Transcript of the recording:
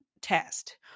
test